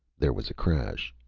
there was a crash.